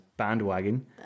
bandwagon